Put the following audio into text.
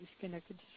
disconnected